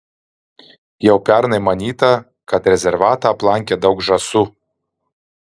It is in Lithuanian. jau pernai manyta kad rezervatą aplankė daug žąsų